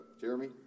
Jeremy